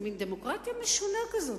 זה מין דמוקרטיה משונה כזאת.